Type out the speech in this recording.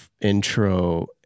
intro